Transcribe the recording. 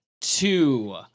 two